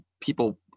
people